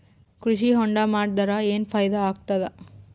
ಕೃಷಿ ಹೊಂಡಾ ಮಾಡದರ ಏನ್ ಫಾಯಿದಾ ಆಗತದ?